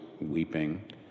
weeping